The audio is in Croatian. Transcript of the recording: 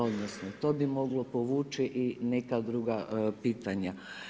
Odnosno to bi moglo povući i neka druga pitanja.